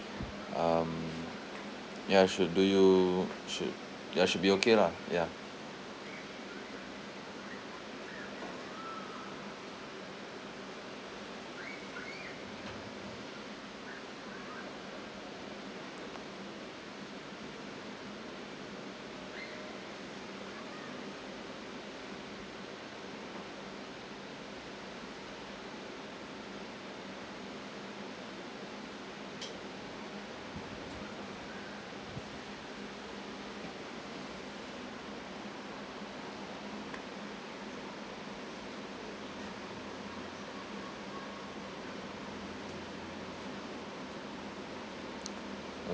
um ya should do you should ya should be okay lah ya